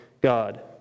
God